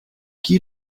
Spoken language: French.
qui